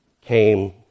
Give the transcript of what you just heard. came